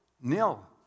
nil